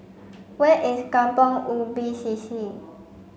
where is Kampong Ubi C C